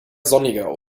sonniger